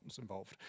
involved